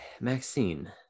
Maxine